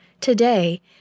Today